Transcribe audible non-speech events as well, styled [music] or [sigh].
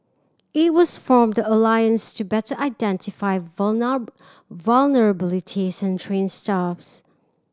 it also formed the alliance to better identify [unintelligible] vulnerabilities and train staffs